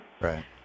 Right